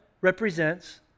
represents